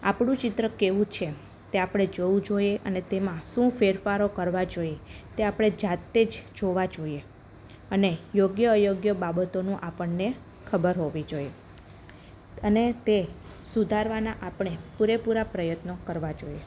આપણું ચિત્ર કેવું છે તે આપણે જોવું જોઈએ અને તેમાં શું ફેરફારો કરવાં જોઈએ તે આપણે જાતે જ જોવા જોઈએ અને યોગ્ય અયોગ્ય બાબતોની આપણને ખબર હોવી જોઈએ અને તે સુધારવાના આપણે પૂરેપૂરાં પ્રયત્નો કરવાં જોઈએ